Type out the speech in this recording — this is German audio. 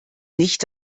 nicht